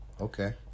Okay